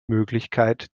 möglichkeit